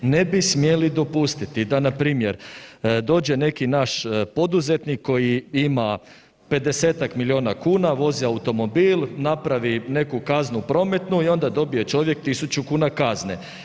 Ne bi smjeli dopustiti da npr. dođe neki naš poduzetnik koji ima 50-ak milijuna kuna, vozi automobil, napravi neku kaznu prometnu i onda dobije čovjek 1.000 kuna kazne.